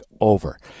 over